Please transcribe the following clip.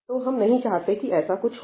तो हम नहीं चाहते कि ऐसा कुछ हो